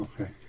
okay